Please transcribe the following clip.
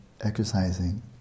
exercising